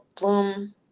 bloom